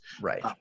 Right